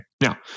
Now